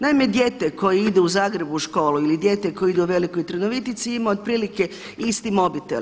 Naime, dijete koje ide u Zagreb u školu ili dijete koje ide u Velikoj Trnovitici ima otprilike isti mobitel.